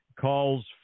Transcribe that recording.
calls